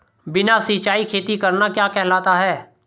बिना सिंचाई खेती करना क्या कहलाता है?